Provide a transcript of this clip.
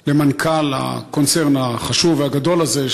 על מנכ"ל הקונצרן החשוב והגדול הזה,